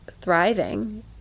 thriving